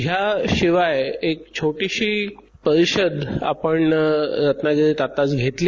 या शिवाय एक छोटीशी परिषद आपण रत्नागिरीत आत्ताच घेतली